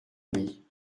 brie